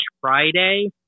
Friday